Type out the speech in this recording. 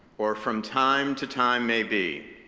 or from time to time may be,